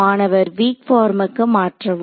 மாணவர் வீக் பார்ம்க்கு மாற்றவும்